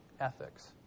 ethics